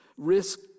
risk